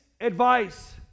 advice